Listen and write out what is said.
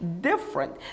different